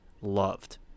loved